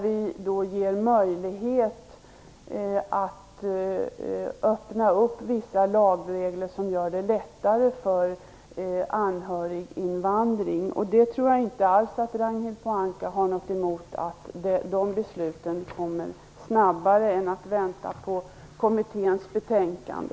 Vi ger möjlighet att öppna vissa lagregler, som underlättar anhöriginvandring. Jag tror inte alls att Ragnhild Pohanka har något emot att de besluten kommer snabbare än om man skulle vänta på kommitténs betänkande.